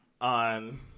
on